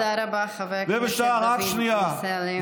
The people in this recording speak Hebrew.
תודה רבה, חבר הכנסת דוד אמסלם.